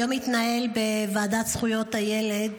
היום בוועדת זכויות הילד